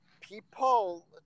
People